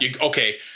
Okay